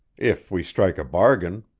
if we strike a bargain.